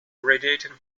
radiating